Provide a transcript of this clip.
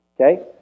Okay